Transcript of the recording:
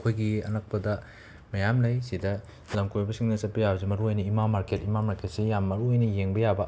ꯑꯩꯈꯣꯏꯒꯤ ꯑꯅꯛꯄꯗ ꯃꯌꯥꯝ ꯂꯩ ꯁꯤꯗ ꯂꯝ ꯀꯣꯏꯕꯁꯤꯡꯅ ꯆꯠꯄ ꯌꯥꯕꯁꯦ ꯃꯔꯨ ꯑꯣꯏꯅ ꯏꯃꯥ ꯃꯥꯔꯀꯦꯠ ꯏꯃꯥ ꯃꯥꯔꯀꯦꯠꯁꯦ ꯌꯥꯝꯅ ꯃꯔꯨꯑꯣꯏꯅ ꯌꯦꯡꯕ ꯌꯥꯕ